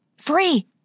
Free